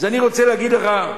אני רוצה להגיד לך,